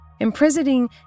Imprisoning